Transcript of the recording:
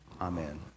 Amen